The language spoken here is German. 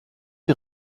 die